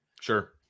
sure